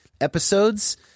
episodes